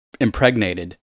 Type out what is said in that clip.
impregnated